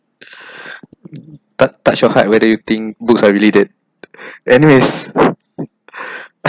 touch touch your heart whether you think books are really did and its